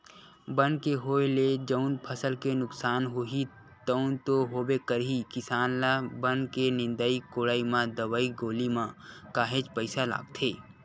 बन के होय ले जउन फसल के नुकसान होही तउन तो होबे करही किसान ल बन के निंदई कोड़ई म दवई गोली म काहेक पइसा लागथे